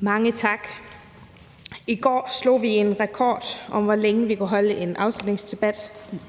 Mange tak. I går slog vi en rekord i, hvor længe vi kunne holde en afslutningsdebat. I dag